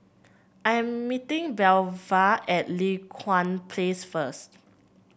I'm meeting Belva at Li Hwan Place first